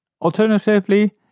Alternatively